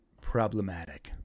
problematic